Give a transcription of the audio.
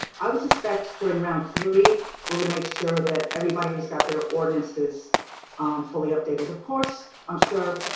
i would suspect during round three we're going to make sure that everybody's got their ordinances fully updated. of course i'm sure